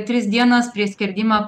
tris dienas prieš skerdimą